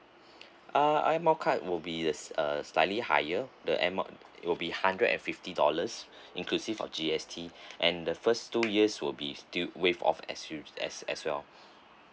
ah air mile card will be uh uh slightly higher the air mile will be hundred and fifty dollars inclusive of G_S_T and the first two years will be still waive off as us~ as as well